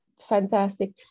fantastic